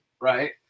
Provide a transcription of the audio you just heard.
right